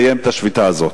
כדי לסיים את השביתה הזאת?